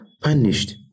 punished